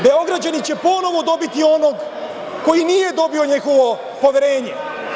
Beograđani će ponovo dobiti onog koji nije dobio njihovo poverenje.